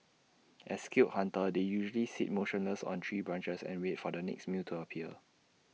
as skilled hunters they usually sit motionless on tree branches and wait for their next meal to appear